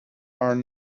are